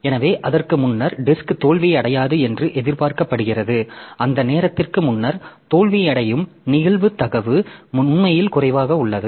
எனவே அதற்கு முன்னர் டிஸ்க் தோல்வியடையாது என்று எதிர்பார்க்கப்படுகிறது அந்த நேரத்திற்கு முன்னர் தோல்வியடையும் நிகழ்தகவு உண்மையில் குறைவாக உள்ளது